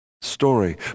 story